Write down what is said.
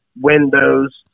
windows